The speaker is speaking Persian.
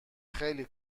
خیلی